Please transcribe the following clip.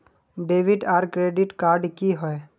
Debit आर credit card की होय?